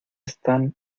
están